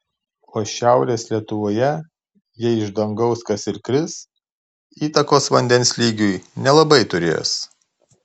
o šiaurės lietuvoje jei iš dangaus kas ir kris įtakos vandens lygiui nelabai turės